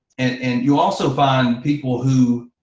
and you also find people who,